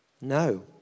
No